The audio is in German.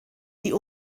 die